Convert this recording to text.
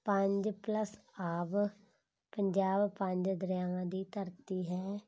ਪੰਜ ਪਲੱਸ ਆਬ ਪੰਜਾਬ ਪੰਜ ਦਰਿਆਵਾਂ ਦੀ ਧਰਤੀ ਹੈ